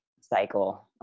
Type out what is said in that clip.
cycle